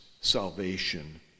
salvation